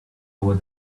over